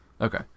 Okay